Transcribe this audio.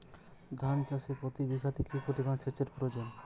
ধান চাষে প্রতি বিঘাতে কি পরিমান সেচের প্রয়োজন?